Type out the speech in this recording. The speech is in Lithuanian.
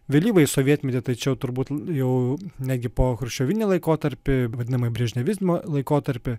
vėlyvąjį sovietmetį tai čia jau turbūt jau netgi pochruščiovinį laikotarpį vadinamąjį brėžnevizmo laikotarpį